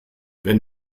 wenn